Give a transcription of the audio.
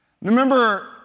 Remember